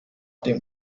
dem